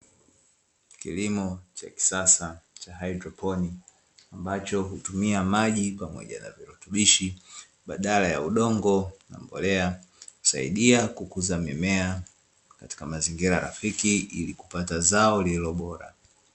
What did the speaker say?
Kilimo cha kisasa cha haidroponi ambacho hutumia maji pamoja na virutubishi badala ya udongo na mbolea, husaidia kukuza mimea katika mazingira rafiki ili kupata zao lililobora.